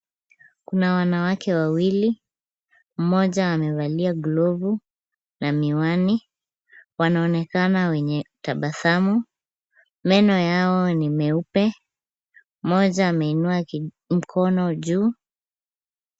Kuna wanawake wawili, mmoja amevalia glovu na miwani. Wanaonekana wenye tabasamu. Meno yao ni meupe. Mmoja ameinua mkono juu.